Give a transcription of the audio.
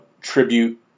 tribute